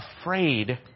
afraid